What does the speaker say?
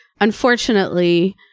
unfortunately